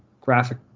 graphic